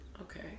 Okay